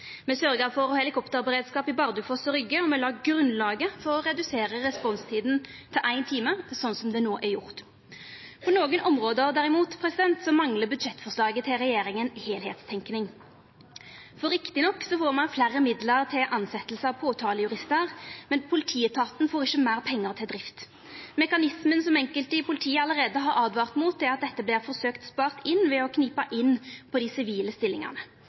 Me sørgde for å ha helikopterberedskap i Bardufoss og Rygge, men la grunnlaget for å redusera responstida til éin time, slik som det no er gjort. På nokre område manglar derimot budsjettforslaget til regjeringa ei heilskapleg tenking. Rett nok får ein fleire midlar til tilsetjing av påtalejuristar, men politietaten får ikkje meir pengar til drift. Mekanismen som enkelte i politiet allereie har åtvara mot, er at dette vert forsøkt spart inn ved å knipa inn på dei sivile stillingane.